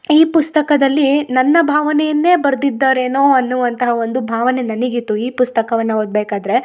ಈ ಪುಸ್ತಕದಲ್ಲೀ ನನ್ನ ಭಾವನೆಯನ್ನೆ ಬರೆದಿದಾರೇನೋ ಅನ್ನುವಂತಹ ಒಂದು ಭಾವನೆ ನನಗಿತ್ತು ಈ ಪುಸ್ತಕವನ್ನು ಓದ್ಬೇಕಾದ್ರೆ